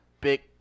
big